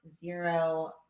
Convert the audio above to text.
zero